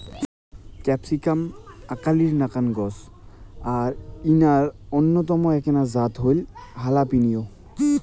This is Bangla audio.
ক্যাপসিকাম আকালির নাকান গছ আর ইঞার অইন্যতম এ্যাকনা জাত হইল হালাপিনিও